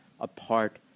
apart